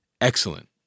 excellent